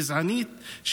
גזענית,